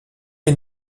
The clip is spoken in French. est